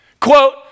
Quote